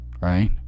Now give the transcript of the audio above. right